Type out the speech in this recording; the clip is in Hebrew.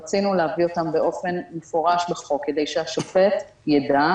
רצינו להביא אותו באופן מפורש בחוק כדי שהשופט יידע,